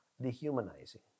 dehumanizing